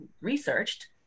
researched